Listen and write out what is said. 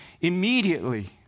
immediately